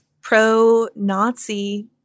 pro-Nazi